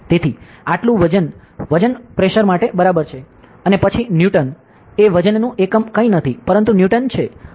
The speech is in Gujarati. તેથી આટલું વજન વજન પ્રેશર માટે બરાબર છે અને પછી ન્યુટન એ વજનનું એકમ કંઈ નથી પરંતુ ન્યુટન છે